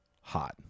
hot